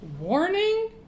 Warning